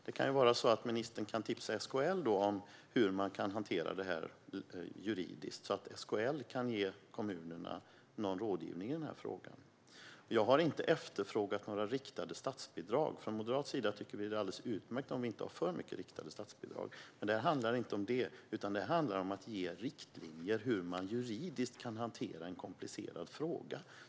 Det kan vara så att ministern kan tipsa SKL om hur man kan hantera detta juridiskt, så att SKL kan ge kommunerna någon rådgivning i frågan. Jag har inte efterfrågat några riktade statsbidrag - från moderat sida tycker vi att det är alldeles utmärkt om vi inte har för mycket riktade statsbidrag. Men det här handlar inte om det, utan det handlar om att ge riktlinjer för hur man juridiskt kan hantera en komplicerad fråga.